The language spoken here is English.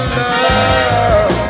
love